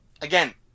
again